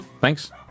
thanks